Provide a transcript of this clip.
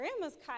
grandma's